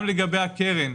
גם לגבי הקרן,